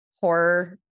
horror